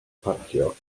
parcio